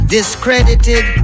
Discredited